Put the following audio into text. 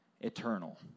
eternal